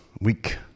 week